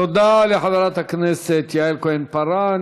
תודה לחברת הכנסת יעל כהן-פארן.